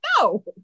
No